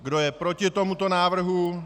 Kdo je proti tomuto návrhu?